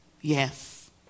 yes